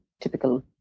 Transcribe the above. typical